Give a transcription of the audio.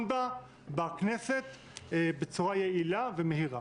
בכנסת בצורה יעילה ומהירה.